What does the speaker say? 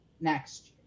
next